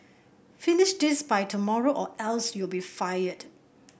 finish this by tomorrow or else you'll be fired